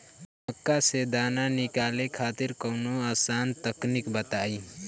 मक्का से दाना निकाले खातिर कवनो आसान तकनीक बताईं?